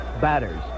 batters